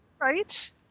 Right